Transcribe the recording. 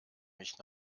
mich